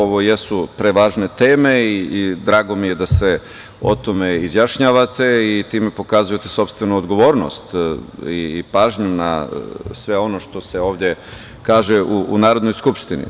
Ovo jesu tri važne teme i drago mi je da se o tome izjašnjavate i time pokazujete sopstvenu odgovornost i pažnju na sve ono što se ovde kaže u Narodnoj skupštini.